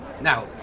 now